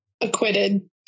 acquitted